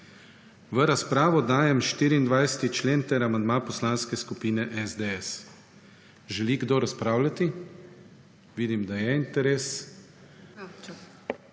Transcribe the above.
V razpravo dajem 24. člen ter amandma Poslanske skupine SDS. Želi kdo razpravljati? Vidim, da je interes.